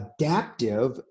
adaptive